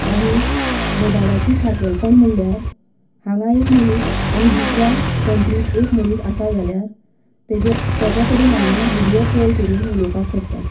आनीक मोबायलाची खाशेलपण म्हणळ्यार हांगा एक मनीस आनी दुसऱ्या कण्ट्रीत एक मनीस आसा जाल्यार तेजे तेज्या कडेन आमी विडियो कॉल करून उलोवपाक शकतात